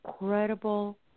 incredible